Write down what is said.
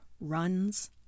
runs